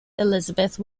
elizabeth